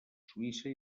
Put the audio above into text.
suïssa